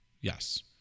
Yes